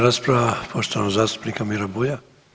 rasprava poštovanog zastupnika Mire Bulja.